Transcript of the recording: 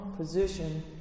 position